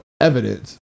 evidence